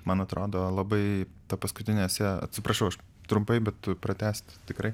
man atrodo labai paskutinėse atsiprašau aš trumpai bet pratęsti tikrai